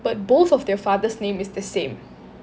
but both of their fathers' name is the same